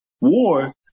war